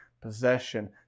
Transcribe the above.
possession